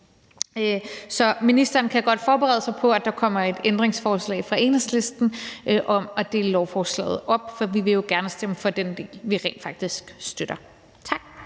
Så ministeren kan godt forberede sig på, at der kommer et ændringsforslag fra Enhedslisten om at dele lovforslaget op, for vi vil jo gerne stemme for den del, vi rent faktisk støtter. Tak.